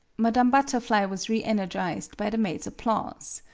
madame butterfly was reenergized by the maid's applause.